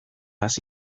hazi